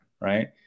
right